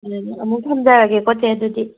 ꯎꯝ ꯑꯃꯨꯛ ꯊꯝꯖꯔꯒꯦꯀꯣ ꯆꯦ ꯑꯗꯨꯗꯤ